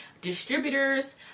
Distributors